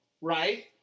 right